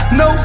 no